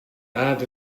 add